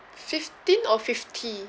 fifteen or fifty